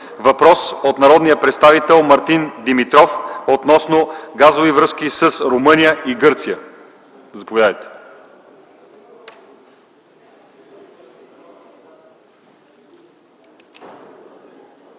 въпрос от народния представител Мартин Димитров относно газови връзки с Румъния и Гърция. Заповядайте.